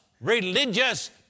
religious